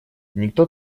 никто